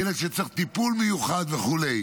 ילד שצריך טיפול מיוחד וכו'.